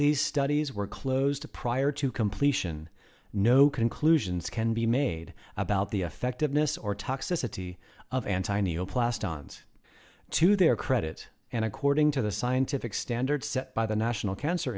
these studies were closed prior to completion no conclusions can be made about the effectiveness or toxicity of antonio plast ons to their credit and according to the scientific standards set by the national cancer